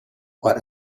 what